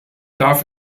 darf